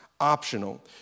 Optional